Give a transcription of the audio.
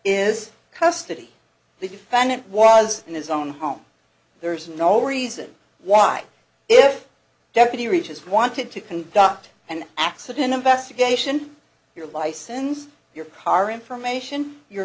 is custody the defendant was in his own home there is no reason why it deputy reaches wanted to conduct an accident investigation your license your car information your